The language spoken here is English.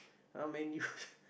now Man-U